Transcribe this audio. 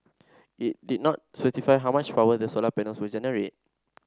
it it not specify how much power the solar panels will generate